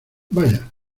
vaya